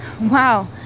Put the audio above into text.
Wow